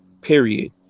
Period